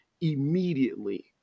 immediately